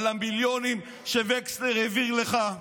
על המיליונים שווקסנר העביר לך,